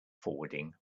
forwarding